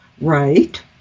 Right